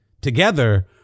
Together